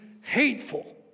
hateful